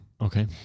Okay